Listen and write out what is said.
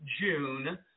June